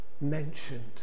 mentioned